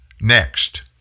next